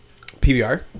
PBR